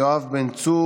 עכשיו,